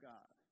God